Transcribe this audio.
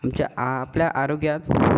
आमच्या आपल्या आरोग्यात